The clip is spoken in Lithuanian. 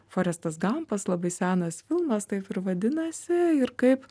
forestas gampas labai senas filmas taip ir vadinasi ir kaip